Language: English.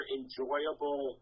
enjoyable